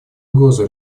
угрозу